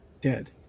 dead